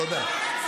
תודה.